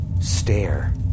stare